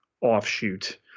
offshoot